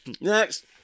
Next